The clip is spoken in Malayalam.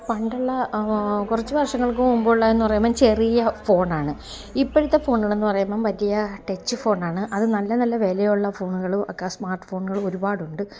പണ്ടുള്ള കുറച്ചു വർഷങ്ങൾക്കു മുമ്പുള്ള എന്ന് പറയുമ്പം ചെറിയ ഫോൺ ആണ് ഇപ്പോഴത്തെ ഫോണുകളെന്ന് പറയുമ്പം വലിയ ടച്ച് ഫോണാണ് അത് നല്ല നല്ല വിലയുള്ള ഫോണുകളും സ്മാർട്ട് ഫോണുകളും ഒരുപാടുണ്ട്